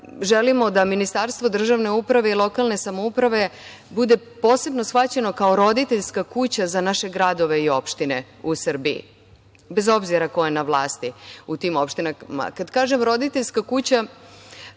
želimo da Ministarstvo državne uprave i lokalne samouprave bude posebno shvaćeno kao roditeljska kuća za naše gradove i opštine u Srbiji, bez obzira ko je na vlasti u tim opštinama. Kad kažem – roditeljska kuća,